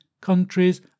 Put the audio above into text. countries